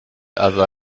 other